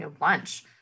lunch